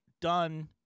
done